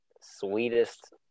sweetest